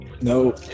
No